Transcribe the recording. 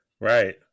Right